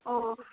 ওহ